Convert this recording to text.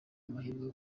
amahirwe